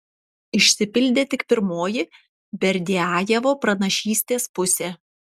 išsipildė tik pirmoji berdiajevo pranašystės pusė